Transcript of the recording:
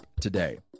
today